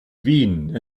wien